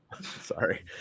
Sorry